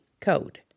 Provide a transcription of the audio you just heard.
code